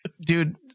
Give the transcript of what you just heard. Dude